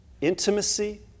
intimacy